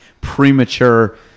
premature